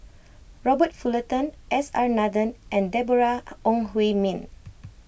Robert Fullerton S R Nathan and Deborah Ong Hui Min